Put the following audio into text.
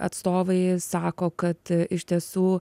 atstovai sako kad iš tiesų